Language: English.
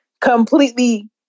completely